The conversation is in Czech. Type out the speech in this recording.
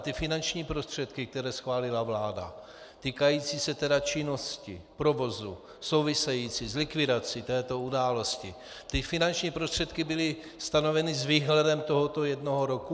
Ty finanční prostředky, které schválila vláda, týkající se činnosti, provozu, související s likvidací této události, ty finanční prostředky byly stanoveny s výhledem tohoto jednoho roku?